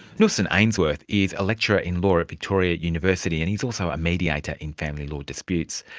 nussen ainsworth is a lecturer in law at victoria university and he's also a mediator in family law disputes.